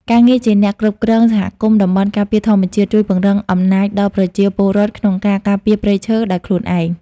ការងារជាអ្នកគ្រប់គ្រងសហគមន៍តំបន់ការពារធម្មជាតិ ជួយពង្រឹងអំណាចដល់ប្រជាពលរដ្ឋក្នុងការការពារព្រៃឈើដោយខ្លួនឯង។